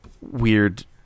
weird